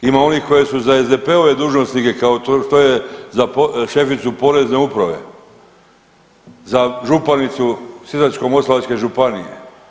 Ima onih koje su za SDP-ove dužnosnike kao što je za šeficu Porezne uprave, za županicu Sisačko-moslavačke županije.